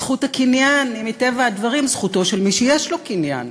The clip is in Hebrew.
זכות הקניין היא מטבע הדברים זכותו של מי שיש לו קניין.